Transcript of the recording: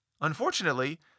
Unfortunately